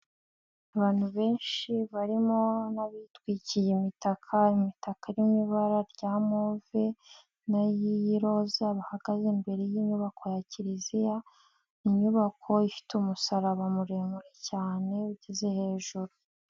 Abantu benshi barimo n'abitwikiye imitakaka, imitaka irimo ibara rya move, n'iyi roza, bahagaze imbere y'inyubako ya kiliziya, inyubako ifite umusaraba muremure cyane, ugeze hejuru.